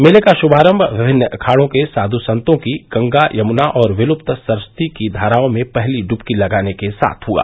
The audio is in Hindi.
मेले का शुभारंभ विभिन्न अखाड़ों के साधु संतों की गंगा यमुना और विलुप्त सरस्वती की धाराओं में पहली डुबकी लगाने के साथ हुआ